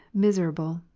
miserable,